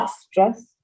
stress